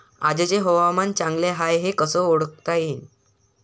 आजचे हवामान चांगले हाये हे कसे ओळखता येईन?